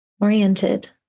oriented